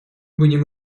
будем